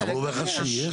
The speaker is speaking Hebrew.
הוא אומר לך שיש.